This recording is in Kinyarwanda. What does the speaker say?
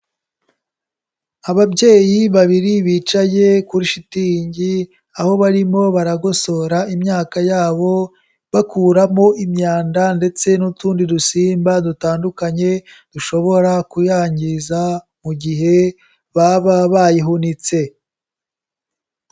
Ababyeyi babiri bicaye kuri shitingi, aho barimo baragosora imyaka yabo, bakuramo imyanda ndetse n'utundi dusimba dutandukanye, dushobora kuyangiza mu gihe baba bayihunitse.